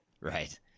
Right